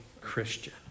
Christian